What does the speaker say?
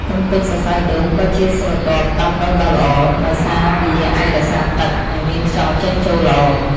កម្ទេចសរសៃដូងក៏ជាស្រទាប់ដាំដុះដ៏ល្អ ដោយសារវាអាចរក្សាទឹក និងមានខ្យល់ចេញចូលល្អ។